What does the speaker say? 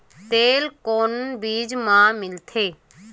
तेल कोन बीज मा निकलथे?